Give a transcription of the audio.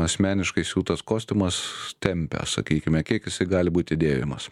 asmeniškai siūtas kostiumas tempia sakykime kiek jisai gali būti dėvimas